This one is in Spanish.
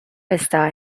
está